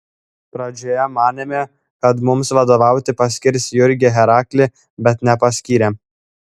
pradžioje manėme kad mums vadovauti paskirs jurgį heraklį bet nepaskyrė